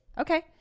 Okay